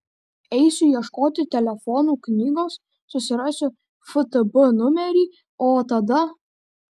eisiu ieškoti telefonų knygos susirasiu ftb numerį o tada